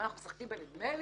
מה, אנחנו משחקים בנדמה לי?